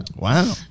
Wow